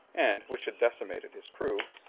and which had decimated his crew,